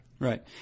Right